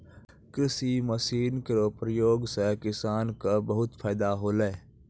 कृषि मसीन केरो प्रयोग सें किसान क बहुत फैदा होलै